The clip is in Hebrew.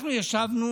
אנחנו ישבנו